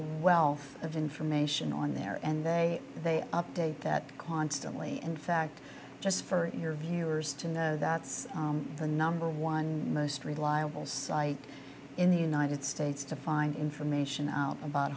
wealth of information on there and they they update that constantly in fact just for your viewers to know that's the number one most reliable site in the united states to find information out about